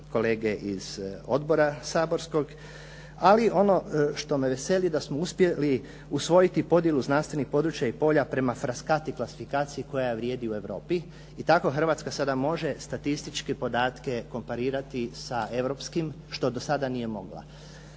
kolege iz odbora saborskog ali ono što me veseli da smo uspjeli usvojiti podjelu znanstvenih područja i polja prema Frascati klasifikaciji koja vrijedi u Europi i tako Hrvatska sada može statističke podatke komparirati sa europskim što do sada nije mogla.